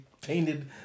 painted